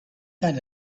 had